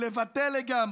לבטל לגמרי,